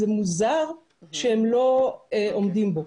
זה מוזר שהם לא עומדים בו.